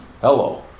hello